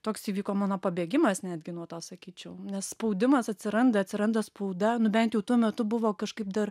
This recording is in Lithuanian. toks įvyko mano pabėgimas netgi nuo to sakyčiau nes spaudimas atsiranda atsiranda spauda bent tuo metu buvo kažkaip dar